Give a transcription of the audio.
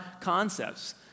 concepts